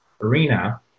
arena